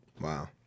Wow